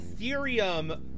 Ethereum